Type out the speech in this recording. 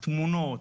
התמונות,